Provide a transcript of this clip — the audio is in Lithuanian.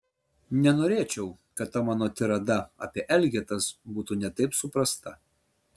nenorėčiau kad ta mano tirada apie elgetas būtų ne taip suprasta